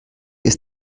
ist